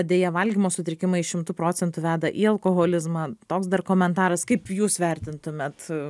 deja valgymo sutrikimai šimtu procentų veda į alkoholizmą toks dar komentaras kaip jūs vertintumėt